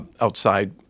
outside